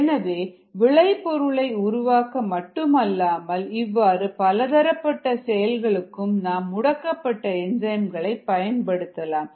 எனவே விளைபொருளை உருவாக்க மட்டுமல்லாமல் இவ்வாறு பலதரப்பட்ட செயல்களுக்கும் நாம் முடக்கப்பட்ட என்சைம்களை பயன்படுத்தலாம்